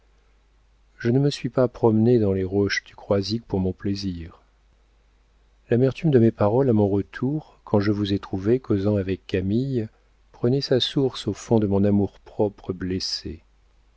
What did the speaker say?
je ne me suis pas promené dans les roches du croisic pour mon plaisir l'amertume de mes paroles à mon retour quand je vous ai trouvé causant avec camille prenait sa source au fond de mon amour-propre blessé